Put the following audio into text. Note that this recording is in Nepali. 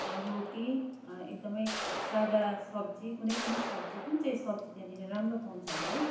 रोटी अकदमै सादा सब्जी कुनै पनि सब्जी कुन चाहिँ सब्जी त्यहाँनिर राम्रो पाउँछ होला है